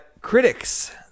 Critics